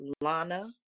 Lana